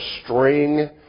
string